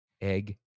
egg